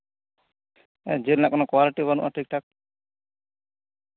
ᱡᱤᱞ ᱨᱮᱱᱟᱜ ᱠᱳᱱᱳ ᱠᱳᱣᱟᱞᱤᱴᱤ ᱵᱟᱹᱱᱩᱜᱼᱟ ᱴᱷᱤᱠ ᱴᱷᱟᱠ